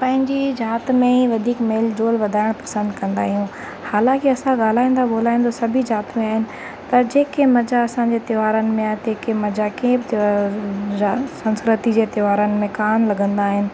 पंहिंजी जात में वधीक मेल जोल वधाइण पसंदि कंदा आहियूं हालांकि असां ॻाल्हाईंदा ॿोल्हाईंदा सभी जात में आहिनि पर जेको मज़ो असांजे त्योहारनि में आहे तंहिं खे मज़ा कंहिं त र संस्कृती जे त्योहारनि में कान लॻंदा आहिनि